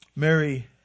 Mary